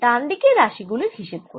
ডান দিকের রাশি গুলির হিসেব করি